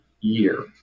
year